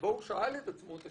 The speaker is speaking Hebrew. שבו הוא שאל את השאלה,